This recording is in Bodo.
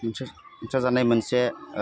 मिथिसार जाजानाय मोनसे